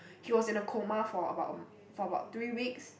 he was in a coma for about a m~ for about three weeks